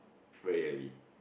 very early